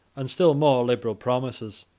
and still more liberal promises.